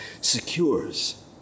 secures